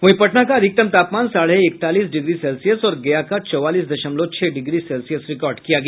वहीं पटना का अधिकतम तापमान साढ़े एकतालीस डिग्री सेल्सियस और गया का चौवालीस दशमलव छह डिग्री सेल्सियस रिकॉर्ड किया गया